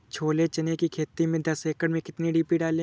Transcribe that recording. छोले चने की खेती में दस एकड़ में कितनी डी.पी डालें?